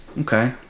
Okay